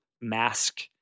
mask